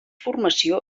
formació